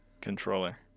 Controller